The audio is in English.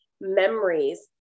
memories